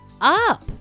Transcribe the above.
up